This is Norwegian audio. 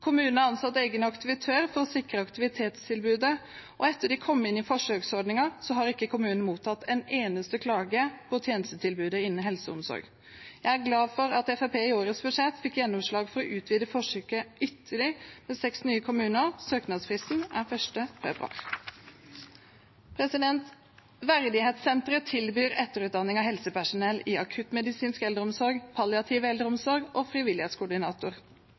Kommunen har også ansatt en egen aktivitør som sikrer aktivitetstilbudet. Etter at de kom inn i forsøksordningen, har ikke kommunen mottatt en eneste klage på tjenestetilbudet innen helse og omsorg. Jeg er glad for at Fremskrittspartiet i årets budsjett fikk gjennomslag for å utvide forsøket ytterligere – til seks nye kommuner. Søknadsfristen er 1. februar. Verdighetssenteret tilbyr etterutdanning av helsepersonell i akuttmedisinsk eldreomsorg, som palliativ eldreomsorg og som frivillighetskoordinator.